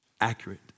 accurate